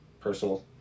personal